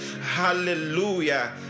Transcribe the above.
Hallelujah